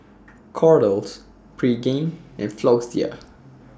Kordel's Pregain and Floxia